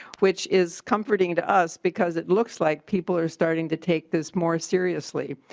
which is comforting to us because it looks like people are starting to take this more seriously.